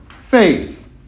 faith